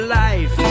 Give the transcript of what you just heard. life